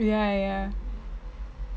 ya ya